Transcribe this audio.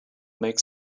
make